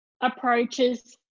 approaches